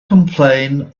complain